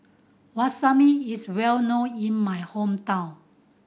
wasabi is well known in my hometown